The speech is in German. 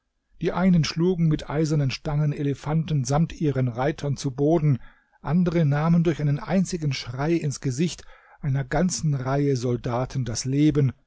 die einen schlugen mit eisernen stangen elefanten samt ihren reitern zu boden andere nahmen durch einen einzigen schrei ins gesicht einer ganzen reihe soldaten das leben